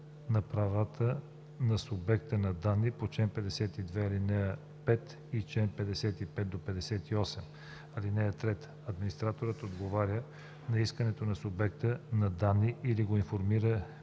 на правата на субекта на данни по чл. 52, ал. 5 и чл. 55 – 58. (3) Администраторът отговаря на искането на субекта на данни или го информира